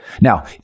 Now